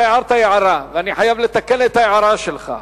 אתה הערת הערה ואני חייב לתקן את ההערה שלך.